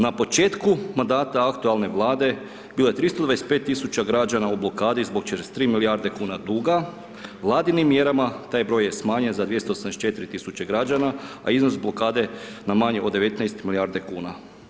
Na početku mandata aktualne Vlade bilo je 325 000 građana u blokadu zbog 43 milijarde kuna duga, Vladinim mjerama taj broj je smanjen za 284 000 građana a iznos blokade na manji od 19 milijardi kuna.